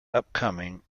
upcoming